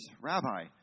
Rabbi